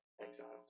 exiles